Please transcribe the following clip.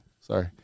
sorry